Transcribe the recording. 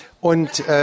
und